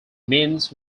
means